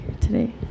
today